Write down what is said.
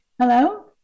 Hello